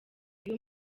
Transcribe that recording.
iyo